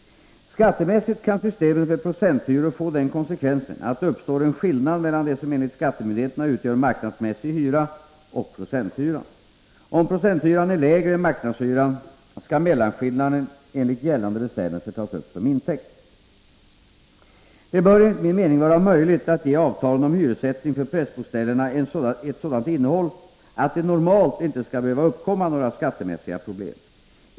Skattemässigt kan systemet med procenthyror få den konsekvensen att det uppstår en skillnad mellan det som enligt skattemyndigheterna utgör marknadsmässig hyra och procenthyran. Om procenthyran är lägre än marknadshyran skall mellanskillnaden enligt gällande bestämmelser tas upp som intäkt. Det bör enligt min mening vara möjligt att ge avtalen om hyressättningen för prästboställena ett sådant innehåll att det normalt inte skall behöva uppkomma några skattemässiga problem.